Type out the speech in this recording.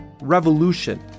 revolution